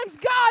God